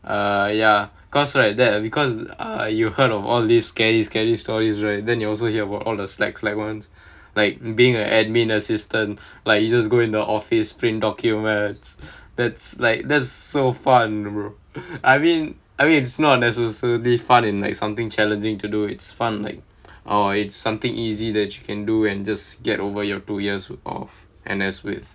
uh ya because right that because uh you heard of all these scary scary stories right then you also hear about all the slack slack ones like being an administrative assistant like you just go in the office print documents that's like that's so fun brother I mean I mean it's not necessarily fun in like something challenging to do it's fun like orh it's something easy that you can do and just get over your two years of N_S with